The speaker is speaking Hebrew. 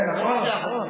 כן, נכון, נכון.